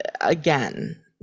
again